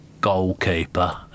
Goalkeeper